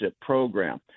program